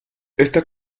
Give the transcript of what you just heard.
esta